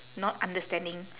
not understanding